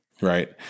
right